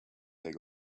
take